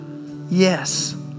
Yes